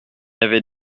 avait